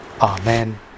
Amen